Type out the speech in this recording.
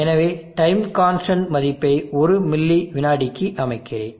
எனவே time constant மதிப்பை ஒரு மில்லி விநாடிக்கு அமைக்கிறேன்